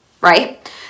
right